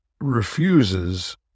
refuses